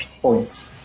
points